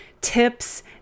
tips